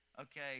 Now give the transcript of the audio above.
okay